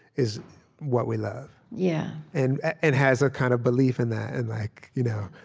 is what we love, yeah and and has a kind of belief in that and like you know